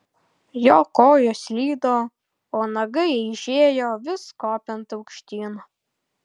jo kojos slydo o nagai eižėjo vis kopiant aukštyn